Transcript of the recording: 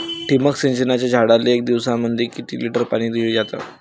ठिबक सिंचनानं झाडाले एक दिवसामंदी किती लिटर पाणी दिलं जातं?